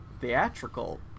theatrical